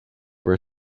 were